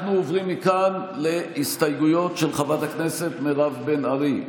אנחנו עוברים מכאן להסתייגויות של חברת הכנסת מירב בן ארי.